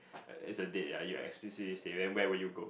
it's a date lah you explicitly say then where would you go